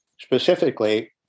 specifically